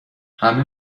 همه